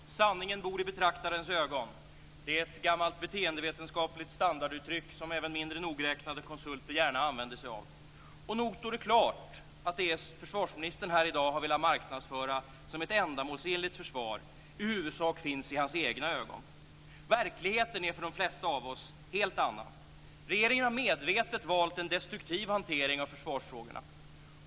Herr talman! Sanningen bor i betraktarens öga. Det är ett gammalt beteendevetenskapligt standarduttryck som även mindre nogräknade konsulter gärna använder sig av. Och nog står det klart att det som försvarsministern här i dag har velat marknadsföra som ett ändamålsenligt försvar i huvudsak finns i hans egna ögon. Verkligheten är för de flesta av oss helt annan. Regeringen har medvetet valt en destruktiv hantering av försvarsfrågorna.